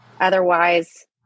otherwise